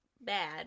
bad